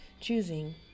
choosing